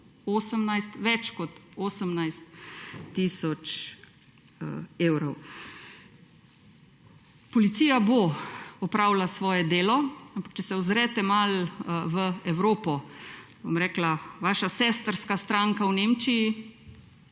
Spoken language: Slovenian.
več kot 18 tisoč evrov. Policija bo opravila svoje delo, ampak če se ozrete malo v Evropo, bom rekla, vaša sestrska stranka v Nemčiji